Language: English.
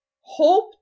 hope